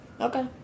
Okay